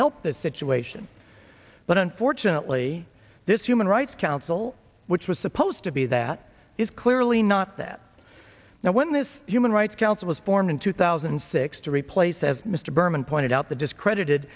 help the situation but unfortunately this human rights council which was supposed to be that is clearly not that now when this human rights council was formed in two thousand and six to replace as mr berman pointed out the discredited